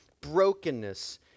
brokenness